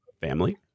family